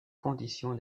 conditions